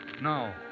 No